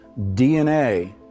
DNA